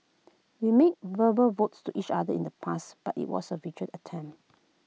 we made verbal votes to each other in the past but IT was A vi gin attempt